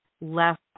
less